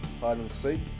hide-and-seek